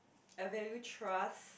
I value trust